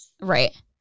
Right